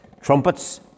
trumpets